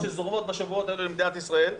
שזורמות בשבועות האלו למדינת ישראל.